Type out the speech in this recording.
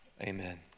Amen